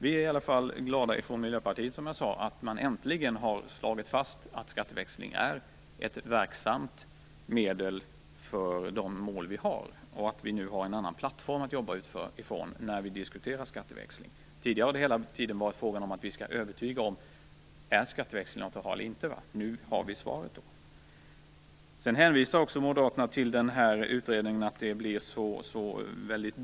Vi i Miljöpartiet är i alla fall glada för att det äntligen har slagits fast att skatteväxling är ett verksamt medel för de mål vi har. Nu har vi en annan plattform att jobba ifrån när vi diskuterar skatteväxling. Tidigare har det hela tiden varit frågan om att vi skall diskutera om skatteväxling är något att ha eller inte. Nu har vi svaret. Sedan hänvisar också Moderaterna till utredningen och säger att det blir så dyrt.